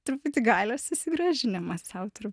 truputį galios susigrąžinimas sau turbūt